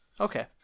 Okay